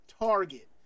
Target